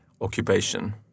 occupation